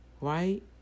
right